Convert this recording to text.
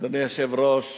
אדוני היושב-ראש,